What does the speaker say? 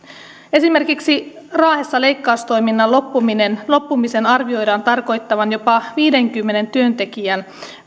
esimerkiksi raahessa leikkaustoiminnan loppumisen loppumisen arvioidaan tarkoittavan jopa viidenkymmenen työntekijän